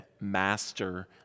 master